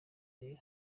kare